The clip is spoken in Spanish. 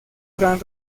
gran